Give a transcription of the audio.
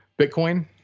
Bitcoin